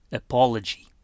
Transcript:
apology